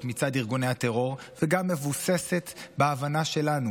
מצד ארגוני הטרור וגם מבוססת בהבנה שלנו,